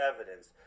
evidence